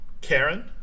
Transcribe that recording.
Karen